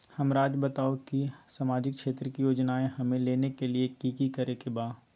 हमराज़ बताओ कि सामाजिक क्षेत्र की योजनाएं हमें लेने के लिए कि कि करे के बा?